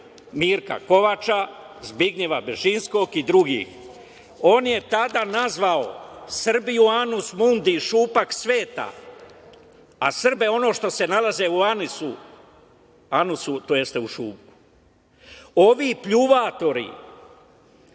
Mirka Kovača, Zbignjeva Bžežinskog i drugih. On je tada nazvao Srbiju "anus mundi"- šupak sveta, a Srbe ono što se nalazi u anusu, tj. u šupku. Ovi pljuvatori